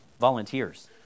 volunteers